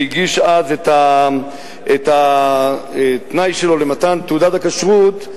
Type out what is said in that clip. הוא הגיש אז את התנאי שלו למתן תעודת הכשרות.